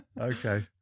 Okay